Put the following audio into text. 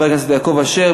ואחריו, חבר הכנסת יעקב אשר.